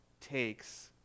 takes